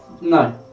No